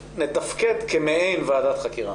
מספק כשמדובר בהפלות בשלבים מוקדמים.